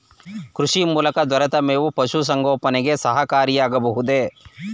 ಕೃಷಿ ಮೂಲಕ ದೊರೆತ ಮೇವು ಪಶುಸಂಗೋಪನೆಗೆ ಸಹಕಾರಿಯಾಗಬಹುದೇ?